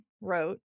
wrote